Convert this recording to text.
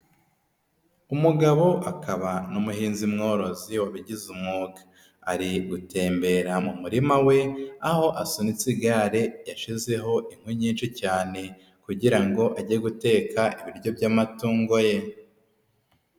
Umugabo akaba n'umuhinzi mworozi wabigize umwuga ari gutembera mu murima we aho asunitse igare yashizeho inkwi nyinshi cyane kugira ngo ajye guteka ibiryo by'amatungo ye.